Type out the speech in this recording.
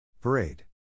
Parade